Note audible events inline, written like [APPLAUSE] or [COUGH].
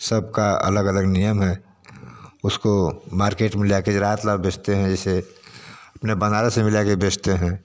सबका अलग अलग नियम है उसको मार्केट में ले आके [UNINTELLIGIBLE] बेचते हैं जैसे अपने बनारस में भी लाके बेचते हैं